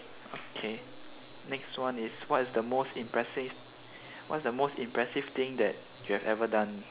okay next one is what is the most impressive what is the most impressive thing that you have ever done